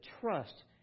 trust